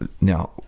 now